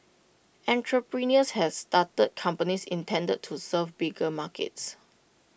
entrepreneurs has started companies intended to serve bigger markets